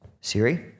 Siri